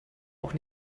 auch